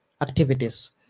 activities